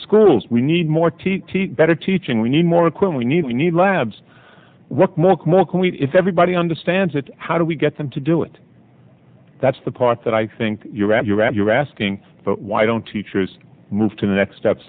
schools we need more teeth better teaching we need more equipment need we need labs what more can we if everybody understands it how do we get them to do it that's the part that i think you're right you're right you're asking why don't teach move to the next step